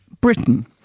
Britain